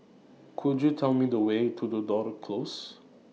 Could YOU Tell Me The Way to Tudor Close